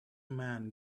man